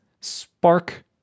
spark